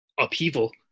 upheaval